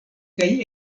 kaj